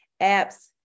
apps